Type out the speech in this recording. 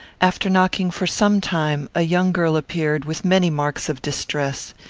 after knocking for some time, a young girl appeared, with many marks of distress.